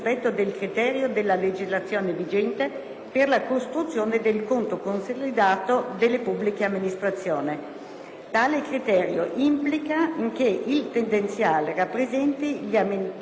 per la costruzione del conto consolidato delle pubbliche amministrazioni. Tale criterio implica che il tendenziale rappresenti gli andamenti futuri di finanza pubblica,